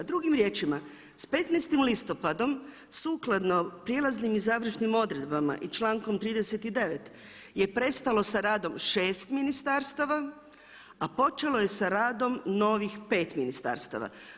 Drugim riječima, s 15. listopadom sukladno prijelaznim i završnim odredbama i člankom 39. je prestalo sa radom šest ministarstava, a počelo je sa radom novih pet ministarstava.